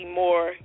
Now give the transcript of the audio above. more